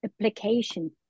application